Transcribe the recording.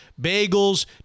bagels